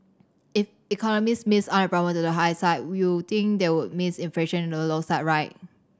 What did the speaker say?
if economist missed unemployment to the high side we'll think they would miss inflation to the low side right